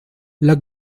luc